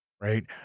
right